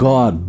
God